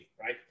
Right